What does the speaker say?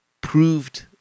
proved